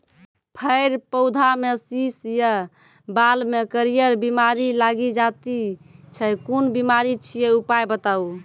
फेर पौधामें शीश या बाल मे करियर बिमारी लागि जाति छै कून बिमारी छियै, उपाय बताऊ?